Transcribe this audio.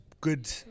good